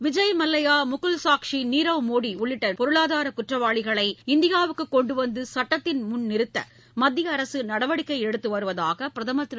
விஜய் மல்லையா மெகுல் சோக்சி நீரவ் மோடி உள்ளிட்ட பொருளாதார குற்றவாளிகளை இந்தியாவுக்கு கொண்டு வந்து சட்டத்தின் முன்நிறுத்த மத்திய அரசு நடவடிக்கை எடுத்து வருவதாக பிரதமர் திரு